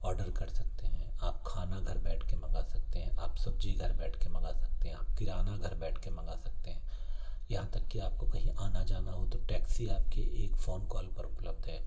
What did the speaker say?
order कर सकते हैं आप खाना घर बैठ के मंगा सकते हैं आप सब्ज़ी घर बैठ के मंगा सकते हैं आप किराना घर बैठ के मंगा सकते हैं यहाँ तक कि आप को कहीं आना जाना हो तो टैक्सी आप के एक फ़ोन कॉल पर उपलब्ध है